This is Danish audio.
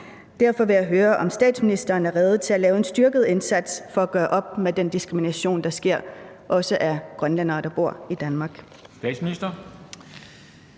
Derfor vil jeg høre, om statsministeren er rede til at lave en styrket indsats for at gøre op med den diskrimination, der sker – også af grønlændere, der bor i Danmark.